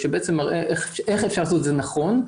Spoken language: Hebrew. שמראה איך אפשר לעשות את זה נכון.